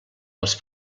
els